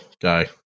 guy